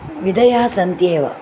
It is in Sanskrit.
विधयः सन्ति एव